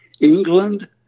England